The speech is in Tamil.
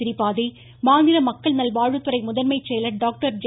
திரிபாதி மாநில துறை தலைமை மக்கள் நல்வாழ்வுத்துறை முதன்மை செயலர் டாக்டர் ஜே